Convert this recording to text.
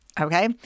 Okay